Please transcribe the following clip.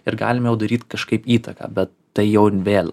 ir galim jau daryt kažkaip įtaką bet tai jau vėl